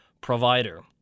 provider